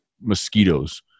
mosquitoes